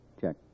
Check